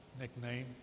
nickname